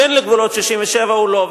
כן לגבולות 67' או לא.